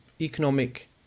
economic